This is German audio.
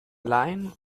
laien